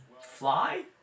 fly